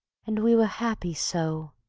and we were happy so.